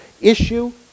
issue